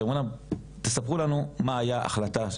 ואומרים להם "..תספרו לנו מה הייתה ההחלטה,